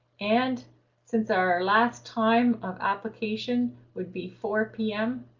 and since our last time of application would be four p m,